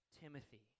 Timothy